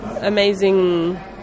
amazing